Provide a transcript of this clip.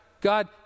God